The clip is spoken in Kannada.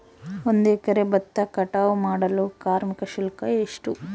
ಒಂದು ಎಕರೆ ಭತ್ತ ಕಟಾವ್ ಮಾಡಲು ಕಾರ್ಮಿಕ ಶುಲ್ಕ ಎಷ್ಟು?